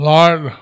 Lord